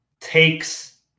takes